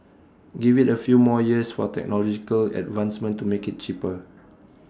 give IT A few more years for technological advancement to make IT cheaper